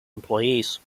employees